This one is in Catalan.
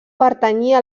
pertanyia